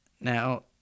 Now